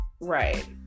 right